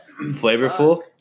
flavorful